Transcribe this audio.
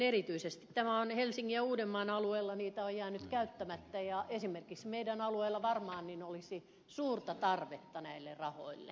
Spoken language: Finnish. erityisesti helsingin ja uudenmaan alueella niitä on jäänyt käyttämättä ja esimerkiksi meidän alueellamme varmaan olisi suurta tarvetta näille rahoille